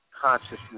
consciousness